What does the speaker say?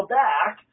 back